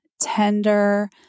tender